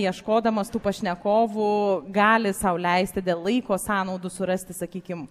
ieškodamas tų pašnekovų gali sau leisti dėl laiko sąnaudų surasti sakykim